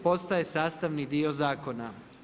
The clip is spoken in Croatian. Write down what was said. Postaje sastavni dio zakona.